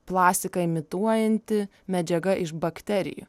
plastiką imituojanti medžiaga iš bakterijų